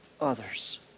others